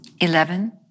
Eleven